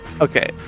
Okay